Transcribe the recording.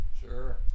Sure